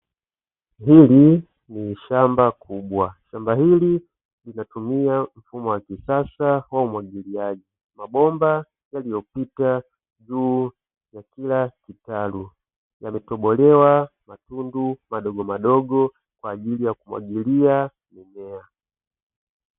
Hili ni shamba kubwa, shamba hili linatumia mfumo wa kisasa wa umwagiliaji, mabomba yaliyopita juu ya kila kitaru, yametobolewa matundu madogomadogo kwa ajili ya kumwagilia mimea.